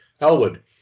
Elwood